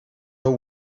know